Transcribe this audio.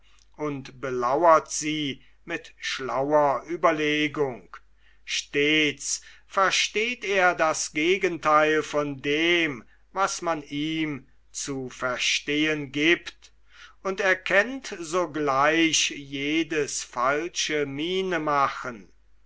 und belauert sie mit schlauer ueberlegung stets versteht er das gegentheil von dem was man ihm zu verstehn giebt und erkennt sogleich jedes falsche miene machen